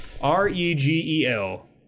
R-E-G-E-L